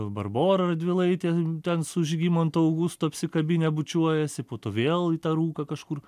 barbora radvilaitė ten su žygimantu augustu apsikabinę bučiuojasi po to vėl į tą rūką kažkur